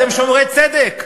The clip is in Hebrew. אתם שומרי צדק,